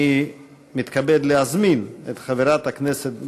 אני מתכבד להזמין את חברת הכנסת גלאון,